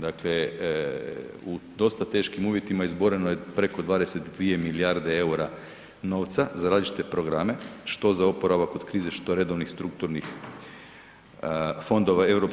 Dakle, u dosta teškim uvjetima izboreno je preko 22 milijarde eura novca za različite programe što za oporavak od krize, što redovnih strukturnih fondova EU